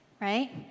right